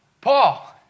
Paul